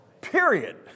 period